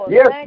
Yes